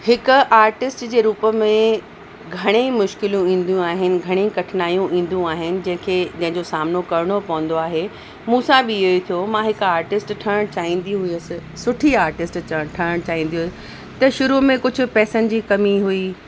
हिक आर्टिस्ट जे रूप में घणेई मुश्किलूं ईंदियूं आहिनि घणेई कठिनायूं ईंदूं आहिन जंहिंखे जंहिंजो सामिनो करिणो पवंदो आहे मूं सां बि इहो ई थियो मां हिकु आर्टिस्ट ठहणु चाहींदी हुअसि सुठी आर्टिस्ट च ठहणु चाहींदी हुअसि त शुरू में कुझु पैसनि जी कमी हुई